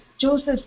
Joseph